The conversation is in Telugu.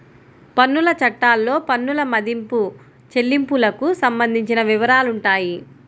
పన్నుల చట్టాల్లో పన్నుల మదింపు, చెల్లింపులకు సంబంధించిన వివరాలుంటాయి